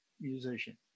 musician